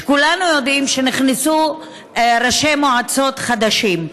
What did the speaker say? כולנו יודעים שנכנסו ראשי מועצות חדשים.